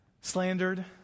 slandered